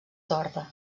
sorda